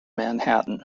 manhattan